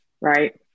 right